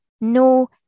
no